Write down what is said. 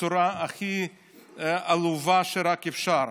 בצורה הכי עלובה שרק אפשר.